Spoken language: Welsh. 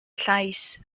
llais